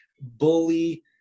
bully